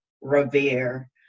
revere